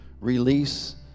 release